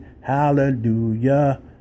hallelujah